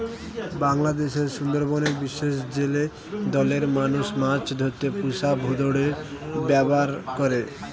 বাংলাদেশের সুন্দরবনের বিশেষ জেলে দলের মানুষ মাছ ধরতে পুষা ভোঁদড়ের ব্যাভার করে